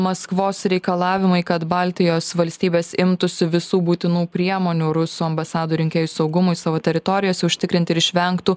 maskvos reikalavimai kad baltijos valstybės imtųsi visų būtinų priemonių rusų ambasadų rinkėjų saugumui savo teritorijose užtikrinti ir išvengtų